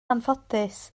anffodus